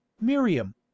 miriam